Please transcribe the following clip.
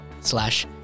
slash